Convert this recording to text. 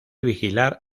vigilar